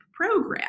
program